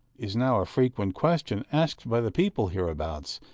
is now a frequent question asked by the people hereabouts,